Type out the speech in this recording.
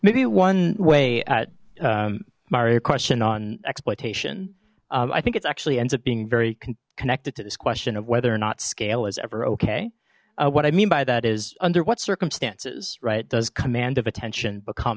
maybe one way at mauri question on exploitation i think it's actually ends up being very connected to this question of whether or not scale is ever okay what i mean by that is under what circumstances right does command of attention become